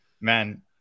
man